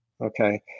okay